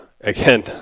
Again